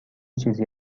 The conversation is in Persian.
چیزی